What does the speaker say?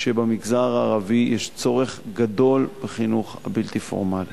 שבמגזר הערבי יש צורך גדול בחינוך הבלתי פורמלי.